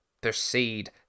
proceed